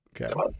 okay